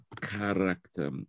character